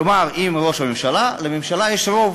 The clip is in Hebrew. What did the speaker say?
כלומר, עם ראש הממשלה, לליכוד יש רוב.